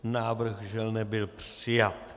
Návrh, žel, nebyl přijat.